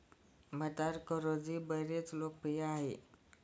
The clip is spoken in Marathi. मटार कचोरी बरीच लोकप्रिय आहे